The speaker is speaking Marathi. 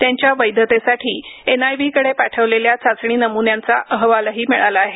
त्यांच्या वैधतेसाठी एनआयव्हीकडे पाठवलेल्या चाचणी नम्न्यांचा अहवालही मिळाला आहे